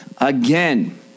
Again